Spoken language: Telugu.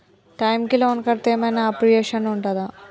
టైమ్ కి లోన్ కడ్తే ఏం ఐనా అప్రిషియేషన్ ఉంటదా?